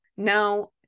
Now